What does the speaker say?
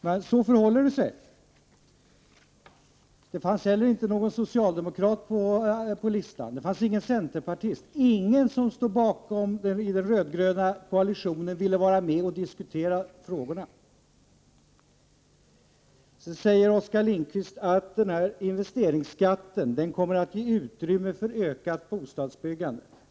Det fanns inte heller på talarlistan någon socialdemokrat eller centerpartist, ingen som tillhörde den röd-gröna koalitionen, som ville vara med och diskutera dessa frågor. Oskar Lindkvist säger vidare att investeringsskatten kommer att ge utrymme för ökat bostadsbyggande.